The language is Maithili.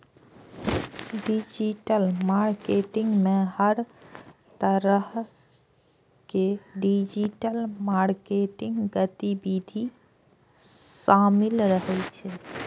डिजिटल मार्केटिंग मे हर तरहक डिजिटल मार्केटिंग गतिविधि शामिल रहै छै